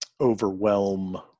overwhelm